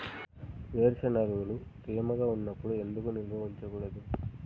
వేరుశనగలు తేమగా ఉన్నప్పుడు ఎందుకు నిల్వ ఉంచకూడదు?